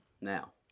now